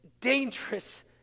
dangerous